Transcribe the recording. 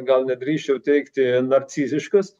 gal nedrįsčiau teigti narciziškas